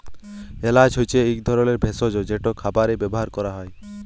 এল্যাচ হছে ইক ধরলের ভেসজ যেট খাবারে ব্যাভার ক্যরা হ্যয়